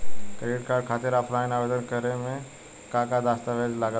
Credit card खातिर offline आवेदन करे म का का दस्तवेज लागत बा?